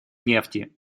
нефти